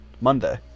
Monday